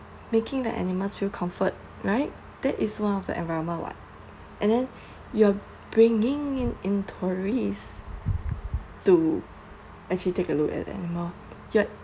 making the animals feel comfort right that is one of the environment [what] and then you're bringing in in tourists to actually take a look at animal yup